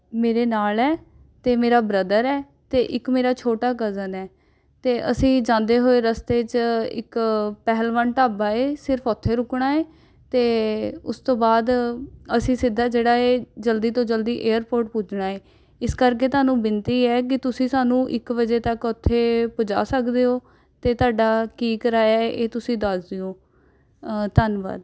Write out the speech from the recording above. ਮੇੇਰੇ ਨਾਲ ਹੈ ਅਤੇ ਮੇਰਾ ਬ੍ਰਦਰ ਹੈ ਅਤੇ ਇੱਕ ਮੇਰਾ ਛੋਟਾ ਕਜ਼ਨ ਹੈ ਅਤੇ ਅਸੀਂ ਜਾਂਦੇ ਹੋਏ ਰਸਤੇ 'ਚ ਇੱਕ ਪਹਿਲਵਾਨ ਢਾਬਾ ਹੈ ਸਿਰਫ ਉੱਥੇ ਰੁਕਣਾ ਹੈ ਅਤੇ ਉਸ ਤੋਂ ਬਾਅਦ ਅਸੀਂ ਸਿੱਧਾ ਜਿਹੜਾ ਹੈ ਜਲਦੀ ਤੋਂ ਜਲਦੀ ਏਅਰਪੋਰਟ ਪੁੱਜਣਾ ਹੈ ਇਸ ਕਰਕੇ ਤੁਹਾਨੂੰ ਬੇਨਤੀ ਹੈ ਕਿ ਤੁਸੀਂ ਸਾਨੂੰ ਇੱਕ ਵਜੇ ਤੱਕ ਉੱਥੇ ਪੁੱਜਾ ਸਕਦੇ ਹੋ ਅਤੇ ਤੁਹਾਡਾ ਕੀ ਕਿਰਾਇਆ ਹੈ ਇਹ ਤੁਸੀਂ ਦੱਸ ਦਿਉ ਧੰਨਵਾਦ